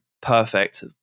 perfect